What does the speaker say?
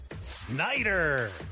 Snyder